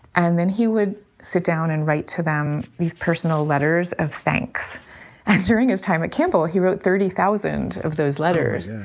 and then he would sit down and write to them. these personal letters of thanks during his time at campbell, he wrote thirty thousand of those letters.